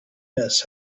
miss